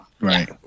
Right